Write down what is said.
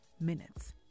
minutes